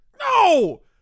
No